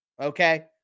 okay